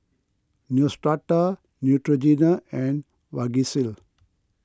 Neostrata Neutrogena and Vagisil